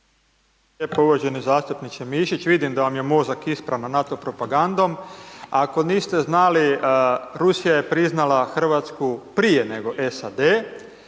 lijepo. Uvaženi zastupniče Mišić vidim da vam je mozak ispran NATO propagandom. Ako niste znali Rusija je priznala Hrvatsku prije nego SAD.